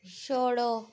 छोड़ो